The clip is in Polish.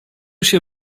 się